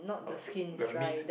ordered the meat